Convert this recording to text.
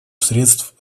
средств